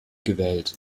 gewählt